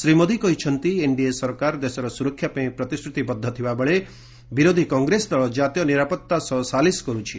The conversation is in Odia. ଶ୍ରୀ ମୋଦି କହିଛନ୍ତି ଏନ୍ଡିଏ ସରକାର ଦେଶର ସୁରକ୍ଷା ପାଇଁ ପ୍ରତିଶ୍ରତିବଦ୍ଧ ଥିବାବେଳେ ବିରୋଧୀ ଦଳ କଂଗ୍ରେସ ଜାତୀୟ ନିରାପତ୍ତା ସହ ସାଲିସ କରୁଛି